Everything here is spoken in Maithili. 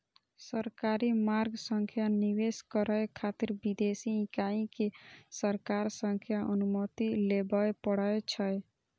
सरकारी मार्ग सं निवेश करै खातिर विदेशी इकाई कें सरकार सं अनुमति लेबय पड़ै छै